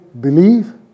believe